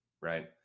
right